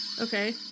Okay